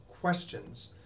questions